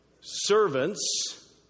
Servants